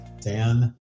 Dan